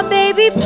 baby